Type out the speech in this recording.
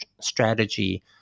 strategy